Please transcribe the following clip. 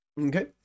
okay